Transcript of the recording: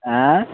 हाँ